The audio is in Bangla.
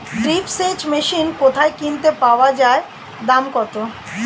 ড্রিপ সেচ মেশিন কোথায় কিনতে পাওয়া যায় দাম কত?